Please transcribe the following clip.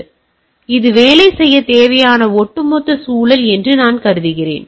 மேலும் இது வேலை செய்யத் தேவையான ஒட்டுமொத்த சூழல் என்று நான் கருதுகிறேன்